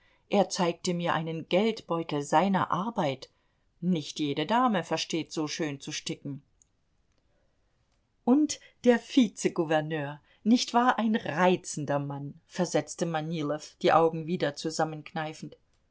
er zeigte mir einen geldbeutel seiner arbeit nicht jede dame versteht so schön zu sticken und der vizegouverneur nicht wahr ein reizender mann versetzte manilow die augen wieder zusammenkneifend